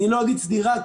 אני לא אגיד סדירה,